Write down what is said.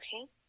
Okay